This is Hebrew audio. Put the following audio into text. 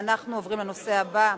אנחנו עוברים לנושא הבא,